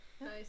Nice